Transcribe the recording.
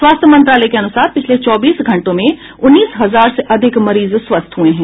स्वास्थ्य मंत्रालय के अनुसार पिछले चौबीस घंटों में उन्नीस हजार से अधिक मरीज स्वस्थ हुए हैं